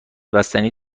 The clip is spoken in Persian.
بستنی